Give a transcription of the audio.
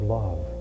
love